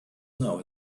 now